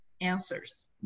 answers